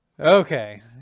Okay